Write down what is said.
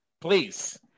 Please